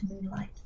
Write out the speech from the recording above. moonlight